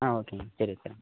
ஓகேங்கண்ணா சரிங்க சரிங்க